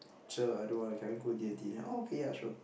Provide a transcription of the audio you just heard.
cher I don't want can I go D-and-T then okay ya sure